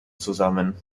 zusammen